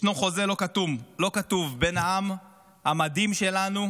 ישנו חוזה לא כתוב בין העם המדהים שלנו